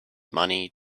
money